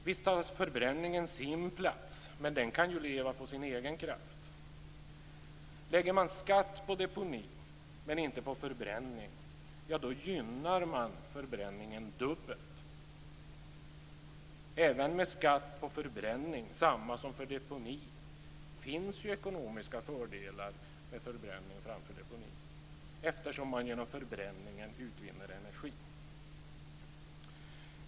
Visst tar förbränningen sin plats, men den kan ju leva på sin egen kraft. Lägger man skatt på deponi men inte på förbränning gynnar man förbränningen dubbelt. Även med samma skatt på förbränning som för deponi finns det ekonomiska fördelar med förbränning framför deponi, eftersom man genom förbränningen utvinner energi.